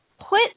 put